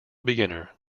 beginner